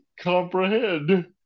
comprehend